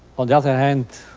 on the other hand,